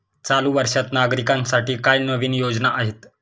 चालू वर्षात नागरिकांसाठी काय नवीन योजना आहेत?